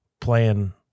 playing